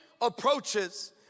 approaches